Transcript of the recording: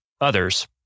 others